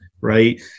Right